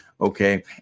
Okay